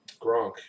Gronk